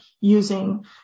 using